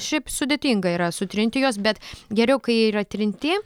šiaip sudėtinga yra sutrinti juos bet geriau kai yra trinti